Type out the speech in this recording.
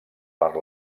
per